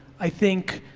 i think,